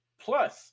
Plus